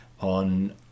on